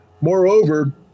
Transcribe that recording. Moreover